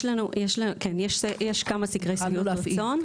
יש לנו כמה סקרי שביעות רצון.